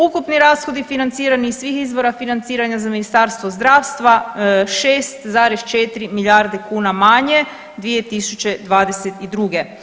Ukupni rashodi financirani iz svih izvora financiranja za Ministarstvo zdravstva 6,4 milijarde kuna manje 2022.